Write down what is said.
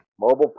Mobile